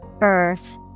Earth